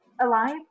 Alive